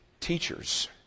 Teachers